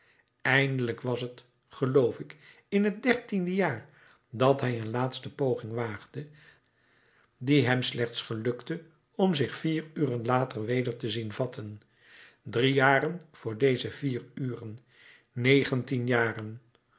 eindelijk was t geloof ik in het dertiende jaar dat hij een laatste poging waagde die hem slechts gelukte om zich vier uren later weder te zien vatten drie jaren voor deze vier uren negentien jaren